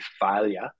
failure